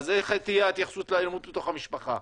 אז איך תהיה התייחסות לאלימות בתוך המשפחה?